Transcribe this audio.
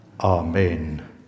Amen